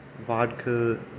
vodka